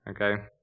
Okay